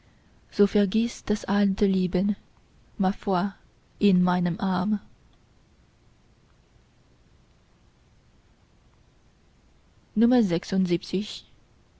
so vergiß das alte lieben ma foi in meinem arm